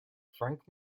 frank